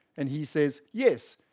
and he says, yes,